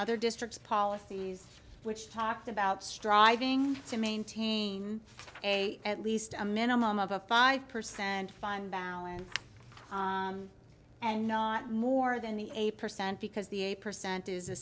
other districts policies which talked about striving to maintain a at least a minimum of a five percent and fun balance and not more than the eight percent because the eight percent is